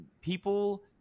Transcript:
people